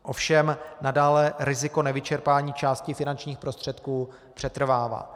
Ovšem nadále riziko nevyčerpání části finančních prostředků přetrvává.